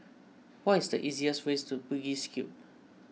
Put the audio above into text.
what is the easiest way to Bugis Cube